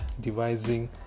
devising